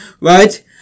right